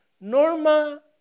Norma